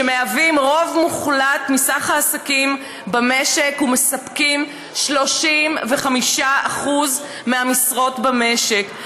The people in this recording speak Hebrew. שמהווים רוב מוחלט מסך העסקים במשק ומספקים 35% מהמשרות במשק.